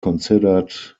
considered